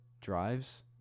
drives